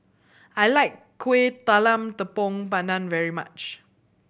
I like Kuih Talam Tepong Pandan very much